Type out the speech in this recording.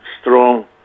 strong